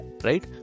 right